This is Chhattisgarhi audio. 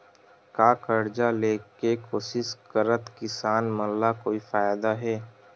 का कर्जा ले के कोशिश करात किसान मन ला कोई फायदा हे?